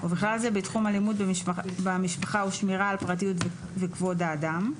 ובכלל זה בתחום אלימות במשפחה ושמירה על פרטיות וכבוד האדם,